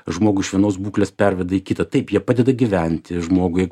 žmogų iš vienos būklės perveda į kitą taip jie padeda gyventi žmogui